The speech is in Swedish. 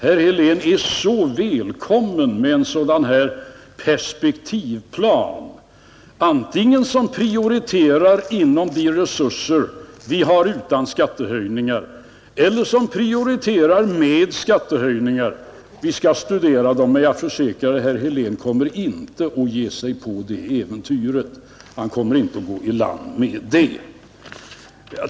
Herr Helén är så välkommen med en sådan här perspektivplan som antingen prioriterar inom de resurser vi har utan skattehöjningar eller som prioriterar med skattehöjningar — vi skall studera den. Men jag försäkrar att herr Helén kommer inte att ge sig på det äventyret — han kommer inte att gå i land med det.